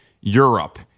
Europe